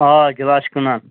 آ گِلاس چھِ کٕنان